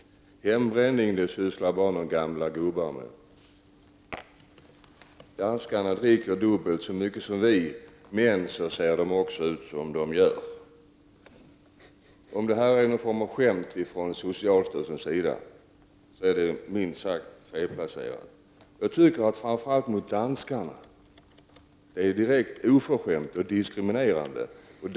Vidare påstår man: Hembränning, det sysslar bara några gamla gubbar med. Danskarna dricker dubbelt så mycket som vi, men så ser de också ut som de gör. Om detta är någon form av skämt från socialstyrelsens sida så är det minst sagt felplacerat. Framför allt tycker jag att detta är direkt oförskämt och diskriminerande mot danskarna.